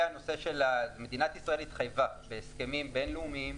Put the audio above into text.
מדינת ישראל התחייבה בהסכמים בין-לאומיים,